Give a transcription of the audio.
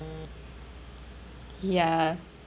ya